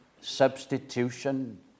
substitution